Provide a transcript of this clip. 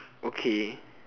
okay